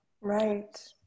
Right